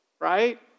right